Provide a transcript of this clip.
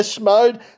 Mode